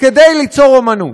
כדי ליצור אמנות.